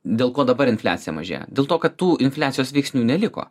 dėl ko dabar infliacija mažėja dėl to kad tų infliacijos veiksnių neliko